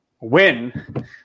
win